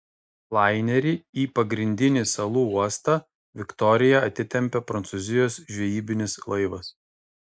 lainerį į pagrindinį salų uostą viktoriją atitempė prancūzijos žvejybinis laivas